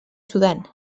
sudan